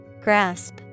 Grasp